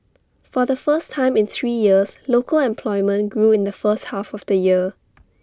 for the first time in three years local employment grew in the first half of the year